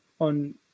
on